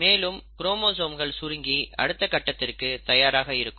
மேலும் குரோமோசோம்கள் சுருங்கி அடுத்த கட்டத்திற்கு தயாராக இருக்கும்